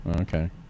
Okay